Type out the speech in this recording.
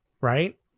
right